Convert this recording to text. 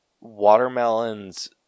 watermelons